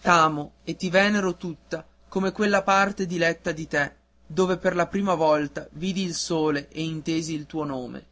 t'amo e ti venero tutta come quella parte diletta di te dove per la prima volta vidi il sole e intesi il tuo nome